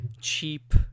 cheap